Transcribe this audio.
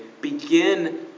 begin